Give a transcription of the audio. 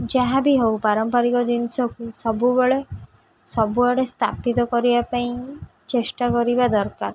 ଯାହାବି ହଉ ପାରମ୍ପାରିକ ଜିନିଷକୁ ସବୁବେଳେ ସବୁଆଡ଼େ ସ୍ଥାପିତ କରିବା ପାଇଁ ଚେଷ୍ଟା କରିବା ଦରକାର